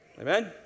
Amen